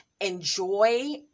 enjoy